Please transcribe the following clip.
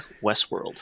Westworld